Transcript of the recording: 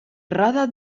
roda